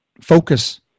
focus